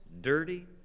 dirty